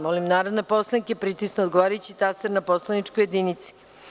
Molim narodne poslanike da pritisnu odgovarajući taster na poslaničkoj jedinici.